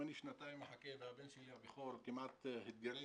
אני שנתיים מחכה והבן שלי הבכור כמעט התגרש,